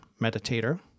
Meditator